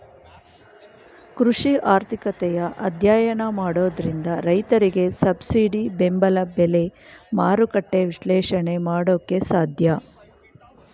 ಕೃಷಿ ಆರ್ಥಿಕತೆಯ ಅಧ್ಯಯನ ಮಾಡೋದ್ರಿಂದ ರೈತರಿಗೆ ಸಬ್ಸಿಡಿ ಬೆಂಬಲ ಬೆಲೆ, ಮಾರುಕಟ್ಟೆ ವಿಶ್ಲೇಷಣೆ ಮಾಡೋಕೆ ಸಾಧ್ಯ